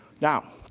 Now